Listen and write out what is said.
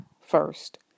first